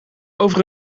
over